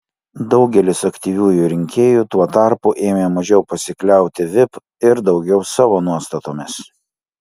daugelis aktyviųjų rinkėjų tuo tarpu ėmė mažiau pasikliauti vip ir daugiau savo nuostatomis